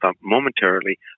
Momentarily